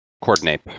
coordinate